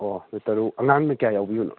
ꯑꯣ ꯅꯣꯏ ꯇꯔꯨꯛ ꯑꯉꯥꯡꯅ ꯀꯌꯥ ꯌꯥꯎꯕꯤꯕꯅꯣ